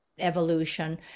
Evolution